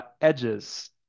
edges